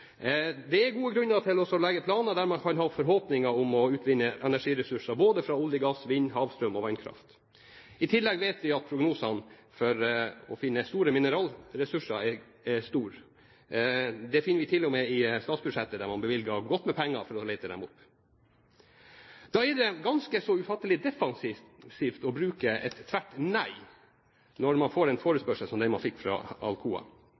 Det er gode grunner til å legge planer der man kan ha forhåpningar om å utvinne energiressurser både fra olje, gass, vind, havstrøm og vannkraft. I tillegg vet vi at prognosene for å finne store mineralressurser er gode. Det finner vi til og med i statsbudsjettet, der man bevilger godt med penger for å lete dem opp. Da er det ganske så ufattelig defensivt å si tvert nei når man får en forespørsel som den man fikk fra Alcoa.